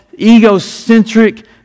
egocentric